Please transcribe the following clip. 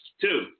Two